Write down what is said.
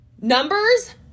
Numbers